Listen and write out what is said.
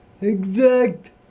exact